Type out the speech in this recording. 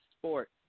sport